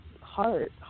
heart